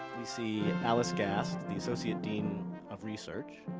we see alice gast, the associate dean of research